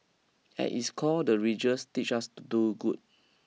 at its core the religious teaches us to do good